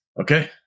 okay